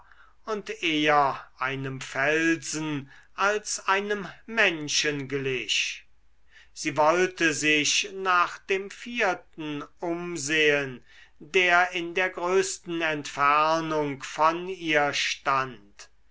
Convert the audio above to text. und eher einem felsen als einem menschen glich sie wollte sich nach dem vierten umsehen der in der größten entfernung von ihr stand